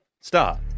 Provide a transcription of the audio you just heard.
Start